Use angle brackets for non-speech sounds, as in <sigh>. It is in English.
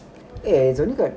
<laughs>